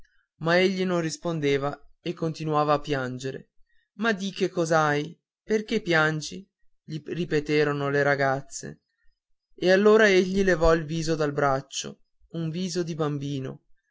egli non rispose e continuava a piangere ma di che cos'hai perché piangi gli ripeterono le ragazze e allora egli levò il viso dal braccio un viso di bambino